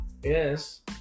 yes